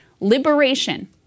liberation